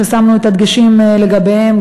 ששמנו את הדגשים לגביהם,